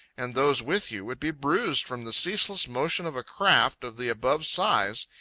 and those with you would be bruised from the ceaseless motion of a craft of the above size,